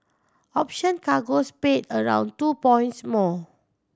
option cargoes paid around two points more